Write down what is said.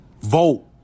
vote